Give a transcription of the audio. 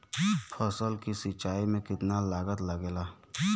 फसल की सिंचाई में कितना लागत लागेला?